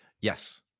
Yes